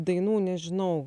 dainų nežinau